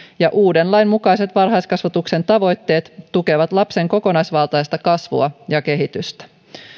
ja uuden lain mukaiset varhaiskasvatuksen tavoitteet tukevat lapsen kokonaisvaltaista kasvua ja kehitystä